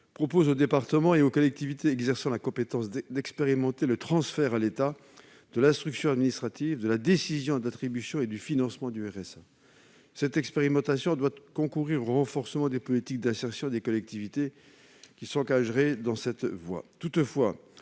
propose aux départements et aux collectivités exerçant la compétence d'expérimenter le transfert à l'État de l'instruction administrative, de la décision d'attribution et du financement du RSA. Cette expérimentation doit concourir au renforcement des politiques d'insertion des collectivités qui s'engageraient dans cette voie.